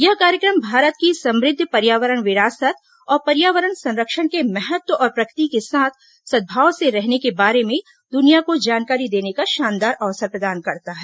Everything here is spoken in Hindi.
यह कार्यक्रम भारत की समृद्ध पर्यावरण विरासत और पर्यावरण संरक्षण के महत्व और प्रकृति के साथ सद्भाव से रहने के बारे में दुनिया को जानकारी देने का शानदार अवसर प्रदान करता है